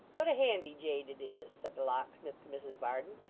what a handy jade it is said the locksmith to mrs varden,